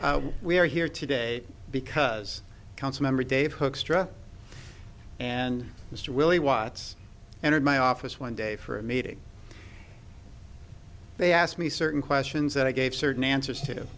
we are here today because council member dave hooks stress and mr willie watts entered my office one day for a meeting they asked me certain questions that i gave certain answers to